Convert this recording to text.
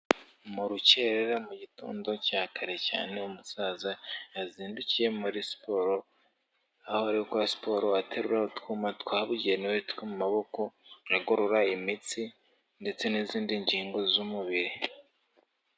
Mu rukerera mu gitondo cya kare cyane, umusaza yazindukiye muri siporo, aho ari gukora siporo atererura utwuma twabugenewe two mu maboko, agorora imitsi ndetse n'izindi ngingo z'umubiri.